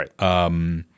Right